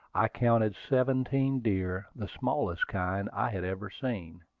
i counted seventeen deer, the smallest kind i had ever seen,